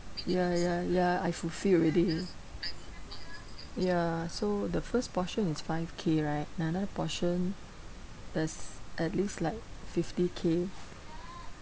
ya ya ya I fulfilled already ya so the first portion is five K right another portion there's at least like fifty K